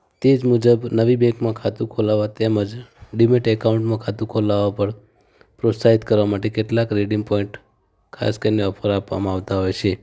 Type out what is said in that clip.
તે જ મુજબ નવી બૅન્કમાં ખાતું ખોલાવવા તેમ જ ડીમેટ અકાઉન્ટમાં ખાતું ખોલાવવા પર પ્રોત્સાહિત કરવા માટે કેટલાક રીડીમ પૉઈન્ટ ખાસ કરીને ઑફર આપવામાં આવતાં હોય છે